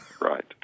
Right